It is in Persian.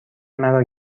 مرا